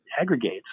aggregates